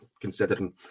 considering